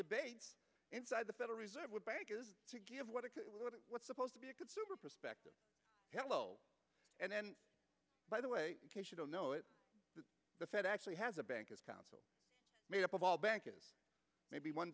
debate inside the federal reserve bank to give what it was supposed to be a consumer perspective hello and then by the way in case you don't know it the fed actually has a bank is council made up of all bank maybe one